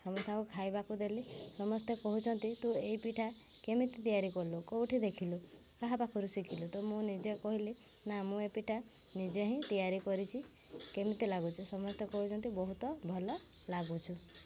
ସମସ୍ତଙ୍କୁ ଖାଇବାକୁ ଦେଲି ସମସ୍ତେ କହୁଛନ୍ତି ତୁ ଏଇ ପିଠା କେମିତି ତିଆରି କଲୁ କେଉଁଠି ଦେଖିଲୁ କାହା ପାଖରୁ ଶିଖିଲୁ ତ ମୁଁ ନିଜେ କହିଲି ନା ମୁଁ ଏ ପିଠା ନିଜେ ହିଁ ତିଆରି କରିଛି କେମିତି ଲାଗୁଛି ସମସ୍ତେ କହୁଛନ୍ତି ବହୁତ ଭଲ ଲାଗୁଛୁ